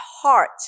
heart